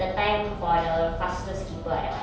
the time for the fastest skipper ah that [one]